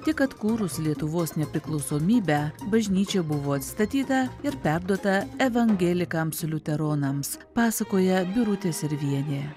tik atkūrus lietuvos nepriklausomybę bažnyčia buvo atstatyta ir perduota evangelikams liuteronams pasakoja birutė servienė